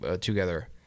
together